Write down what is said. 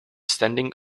standing